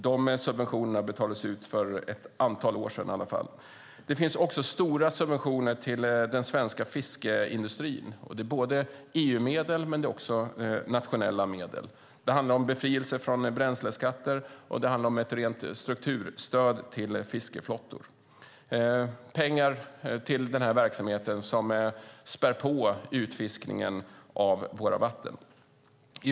De subventionerna betalades ut för ett antal år sedan i alla fall. Det finns också stora subventioner till den svenska fiskeindustrin. Det är både EU-medel och nationella medel. Det handlar om befrielse från bränsleskatter, och det handlar om ett rent strukturstöd till fiskeflottor. Det är pengar till den här verksamheten som späder på utfiskningen av våra vatten.